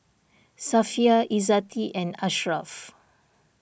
Safiya Lzzati and Ashraf